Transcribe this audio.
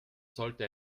sollte